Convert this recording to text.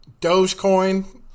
Dogecoin